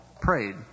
prayed